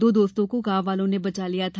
दो दोस्तों को गांव वालों ने बचा लिया था